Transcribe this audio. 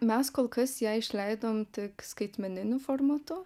mes kol kas ją išleidom tik skaitmeniniu formatu